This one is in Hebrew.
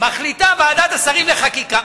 מחליטה ועדת השרים לחקיקה,